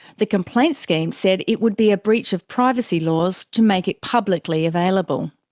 the complaints scheme said it would be a breach of privacy laws to make it publicly available.